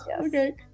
okay